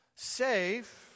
safe